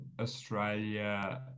Australia